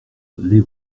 les